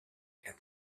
and